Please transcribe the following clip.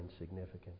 insignificant